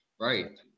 Right